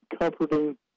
comforting